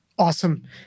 Awesome